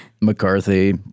McCarthy